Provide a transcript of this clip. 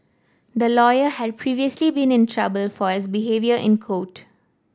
the lawyer had previously been in trouble for his behaviour in court